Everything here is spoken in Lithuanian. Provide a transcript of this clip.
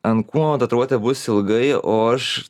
ant kūno tatuiruotė bus ilgai o aš